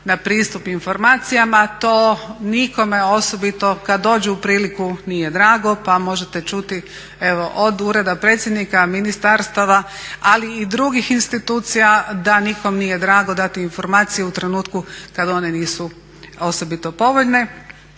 na pristup informacijama. To nikome, osobito kad dođu u priliku nije drago pa možete čuti od ureda predsjednika, ministarstava, ali i drugih institucija da nikom nije drago informacije u trenutku kad one nisu osobito povoljne.